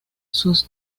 sus